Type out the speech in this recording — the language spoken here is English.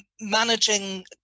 managing